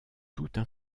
toutes